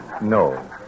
No